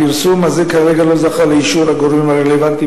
הפרסום הזה כרגע לא זכה לאישור הגורמים הרלוונטיים,